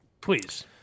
Please